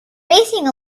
racing